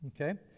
okay